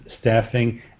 staffing